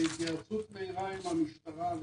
בהתייעצות מהירה עם המשטרה,